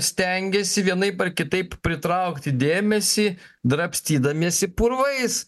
stengiasi vienaip ar kitaip pritraukti dėmesį drabstydamiesi purvais